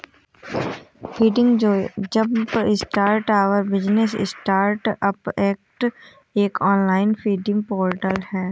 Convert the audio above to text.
funding जो jumpstart our business startups act एक online funding portal है